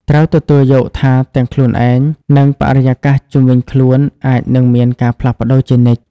ត្រូវទទួលយកថាទាំងខ្លួនឯង និងបរិយាកាសជុំវិញខ្លួនអាចនឹងមានការផ្លាស់ប្តូរជានិច្ច។